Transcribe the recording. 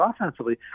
offensively